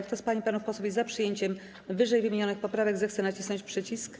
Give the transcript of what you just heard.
Kto z pań i panów posłów jest za przyjęciem ww. poprawek, zechce nacisnąć przycisk.